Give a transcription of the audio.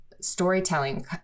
storytelling